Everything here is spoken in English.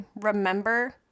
remember